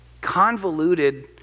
convoluted